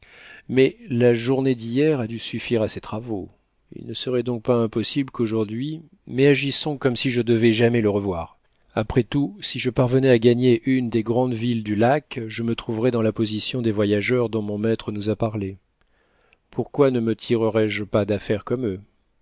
mais la journée d'hier a dû suffire à ces travaux il ne serait donc pas impossible qu'aujourd'hui mais agissons comme si je ne devais jamais le revoir après tout si je parvenais à gagner une des grandes villes du lac je me trouverais dans la position des voyageurs dont mon maître nous a parlé pourquoi ne me tirerais je pas d'affaire comme eux